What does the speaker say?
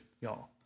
y'all